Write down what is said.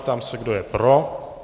Ptám se, kdo je pro.